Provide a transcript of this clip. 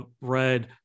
read